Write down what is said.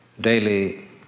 daily